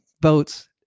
votes